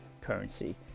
Currency